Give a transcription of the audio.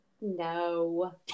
No